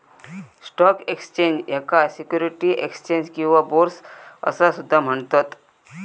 stock exchange, याका securities exchange किंवा बोर्स असा सुद्धा म्हणतत